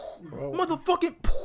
motherfucking